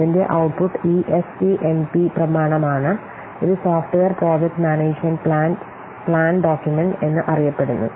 അതിന്റെ ഔട്ട്പുട്ട് ഈ എസ്പിഎംപി പ്രമാണമാണ് ഇത് software project management plan document എന്നറിയപ്പെടുന്നു